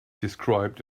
described